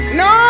no